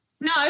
No